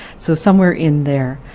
so somewhere in there.